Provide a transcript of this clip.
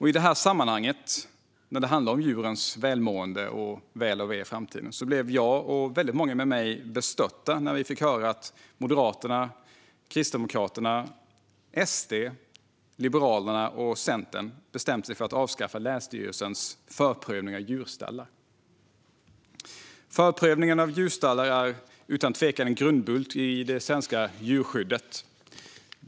I det sammanhanget, när det handlar om djurens väl och ve i framtiden, blev jag och många med mig bestörta när vi fick höra att Moderaterna, Kristdemokraterna, SD och Liberalerna och Centern bestämt sig för att avskaffa länsstyrelsens förprövning av djurstallar. Förprövning av djurstallar är utan tvekan en grundbult i det svenska djurskyddet.